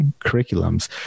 curriculums